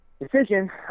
decision